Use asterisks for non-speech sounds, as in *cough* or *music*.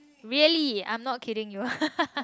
really I'm not kidding you *laughs*